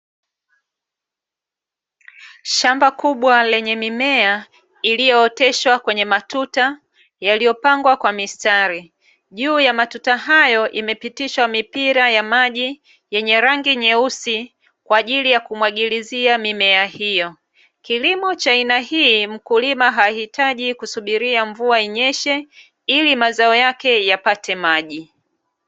Shamba kubwa lenye mimea iliyooteshwa kwenye matuta yaliyopangwa kwa mistari. Juu ya matuta hayo imepitishwa mipira ya maji yenye rangi nyeusi kwa ajili ya kumwagilizia mimea hiyo. Kilimo cha aina hii mkulima haihitaji kusubiria mvua inyeshe ili mazao yake yapate maji.